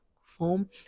form